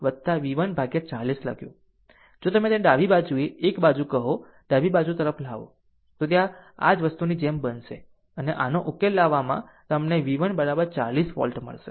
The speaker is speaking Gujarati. જો તમે તેને બધી બાજુએ 1 બાજુ કહો બીજી બાજુ તરફ લાવો તો તે આ જ વસ્તુની જેમ બનશે અને આનો ઉકેલ લાવવામાં તમને v1 40 વોલ્ટ મળશે